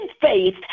faith